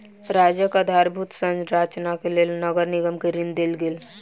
राज्यक आधारभूत संरचनाक लेल नगर निगम के ऋण देल गेल